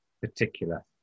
particular